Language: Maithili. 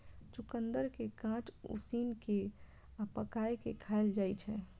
चुकंदर कें कांच, उसिन कें आ पकाय कें खाएल जाइ छै